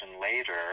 later